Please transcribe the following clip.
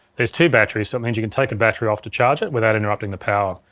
there's two batteries so it means you can take a battery off to charge it without interrupting the power.